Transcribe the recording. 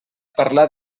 parlar